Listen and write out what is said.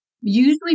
usually